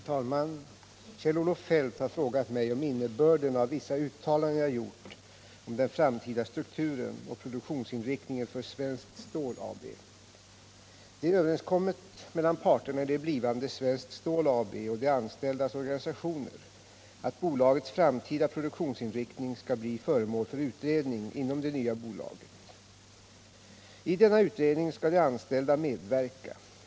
Herr talman! Kjell-Olof Feldt har frågat mig om innebörden av vissa uttalanden jag gjort om den framtida strukturen och produktionsinriktningen för Svenskt Stål AB. Det är överenskommet mellan parterna i det blivande Svenskt Stål AB och de anställdas organisationer att bolagets framtida produktionsinriktning skall bli föremål för utredning inom det nya bolaget. I denna utredning skall de anställda medverka.